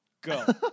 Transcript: Go